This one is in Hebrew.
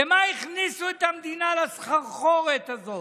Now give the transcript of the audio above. למה הכניסו את המדינה לסחרחורת הזאת?